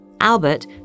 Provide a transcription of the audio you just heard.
Albert